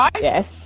yes